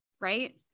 Right